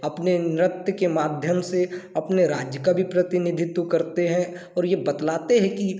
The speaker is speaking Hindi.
अपने नृत्य के माध्यम से अपने राज्य का भी प्रतिनिधित्व करते हैं और ये बतलाते हैं कि